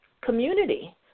community